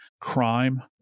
crime